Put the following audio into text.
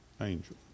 angel